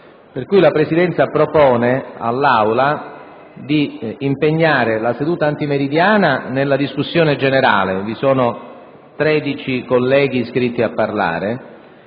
Pertanto, la Presidenza propone all'Aula di impegnare la seduta antimeridiana nella discussione generale - vi sono 13 colleghi iscritti a parlare